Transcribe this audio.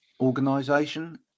organization